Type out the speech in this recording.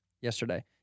yesterday